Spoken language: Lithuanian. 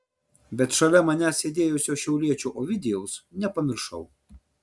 bet šalia manęs sėdėjusio šiauliečio ovidijaus nepamiršau